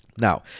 Now